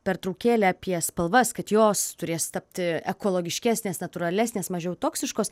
pertraukėlę apie spalvas kad jos turės tapti ekologiškesnės natūralesnės mažiau toksiškos